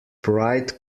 pride